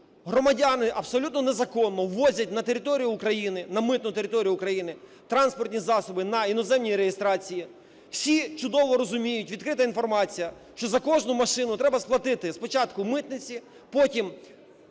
Громадяни абсолютно незаконно ввозять на територію України, на митну територію України транспортні засоби на іноземній реєстрації. Всі чудово розуміють, відкрита інформація, що за кожну машину треба сплатити спочатку митниці, потім